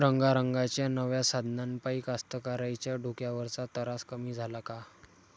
रंगारंगाच्या नव्या साधनाइपाई कास्तकाराइच्या डोक्यावरचा तरास कमी झाला का?